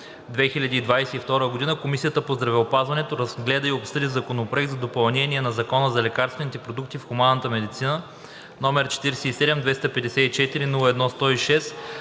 2022 г., Комисията по здравеопазването разгледа и обсъди Законопроект за допълнение на Закона за лекарствените продукти в хуманната медицина, № 47-254-01-106,